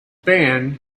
band